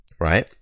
right